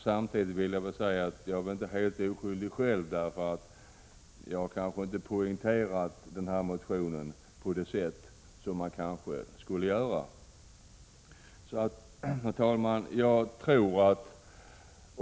Samtidigt vill jag säga att jag måhända inte är helt oskyldig själv, eftersom vi i motionen kanske inte poängterat frivilligheten så som vi borde ha gjort.